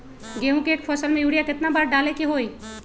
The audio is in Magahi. गेंहू के एक फसल में यूरिया केतना बार डाले के होई?